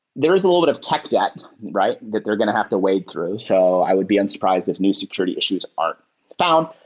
there is a little bit of tech debt that they're going to have to wade through. so i would be unsurprised if new security issues are found.